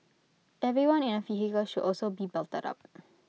everyone in A vehicle should also be belted up